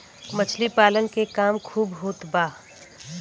मछली पालन के काम खूब होत बा